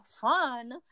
fun